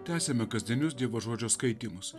tęsiame kasdienius dievo žodžio skaitymus